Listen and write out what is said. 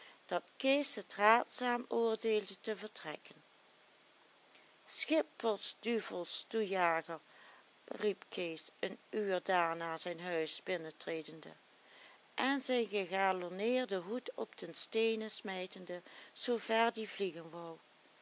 dat kees het raadzaam oordeelde te vertrekken schippersduvelstoejager riep kees een uur daarna zijn huis binnentredende en zijn gegalonneerden hoed op de steenen smijtende zoo ver die vliegen wou